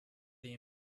they